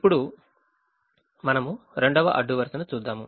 ఇప్పుడు మనము 2వ అడ్డు వరుసను చూద్దాము